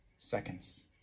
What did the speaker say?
seconds